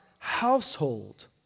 household